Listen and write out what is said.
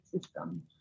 system